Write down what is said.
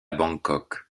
bangkok